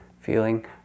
feeling